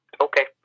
Okay